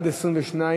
סעיף 1 נתקבל.